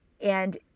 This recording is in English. And-